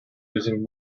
using